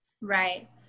Right